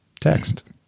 text